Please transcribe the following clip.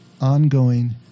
ongoing